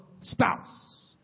spouse